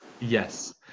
Yes